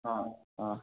ହଁ ହଁ